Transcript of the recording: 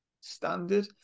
Standard